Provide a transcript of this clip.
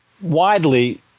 widely